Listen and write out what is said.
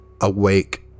awake